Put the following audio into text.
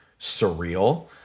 surreal